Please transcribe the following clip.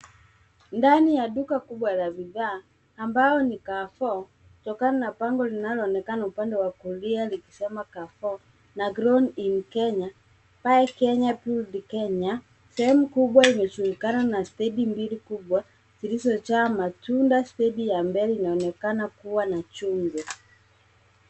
Ndani ya duka kubwa la bidhaa ambao ni Carrefour kutokana na bango linaloonekana upande wa kulia likisema Carrefour na Grown in Kenya, Buy Kenya build Kenya . Sehemu kubwa imejulikana na stendi mbili kubwa zilizojaa matunda, stendi ya mbele inaonekana kuwa na chungwa.